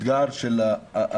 האתגר של הצגה